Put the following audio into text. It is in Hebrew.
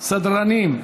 סדרנים.